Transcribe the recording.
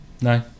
No